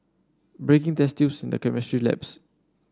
breaking test tubes in the chemistry labs